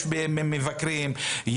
יש מבקרים,